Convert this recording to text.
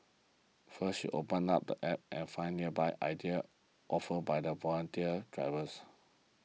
first you open up the app and find nearby ideas offered by the volunteer drivers